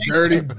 Dirty